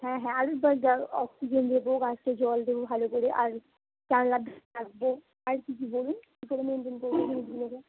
হ্যাঁ হ্যাঁ আরও জল অক্সিজেন দেবো গাছকে জল দেবো ভালো করে আর জানলার ধারে রাখবো আর কি কি বলুন কী করে মেনটেন করবো গাছগুলোকে